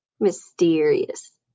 Mysterious